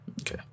Okay